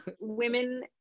women